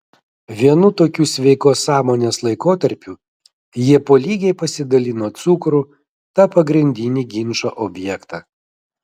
vienu tokiu sveikos sąmonės laikotarpiu jie po lygiai pasidalino cukrų tą pagrindinį ginčo objektą